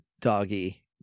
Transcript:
doggy